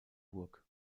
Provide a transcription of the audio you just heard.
burg